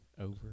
Over